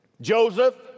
Joseph